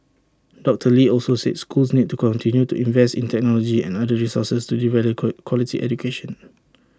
doctor lee also said schools need to continue to invest in technology and other resources to deliver quality education